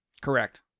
Correct